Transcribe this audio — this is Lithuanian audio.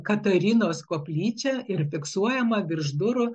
katarinos koplyčią ir fiksuojama virš durų